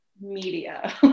media